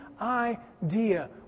idea